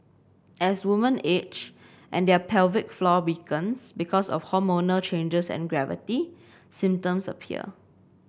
as woman age and their pelvic floor weakens because of hormonal changes and gravity symptoms appear